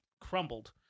crumbled